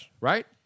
Right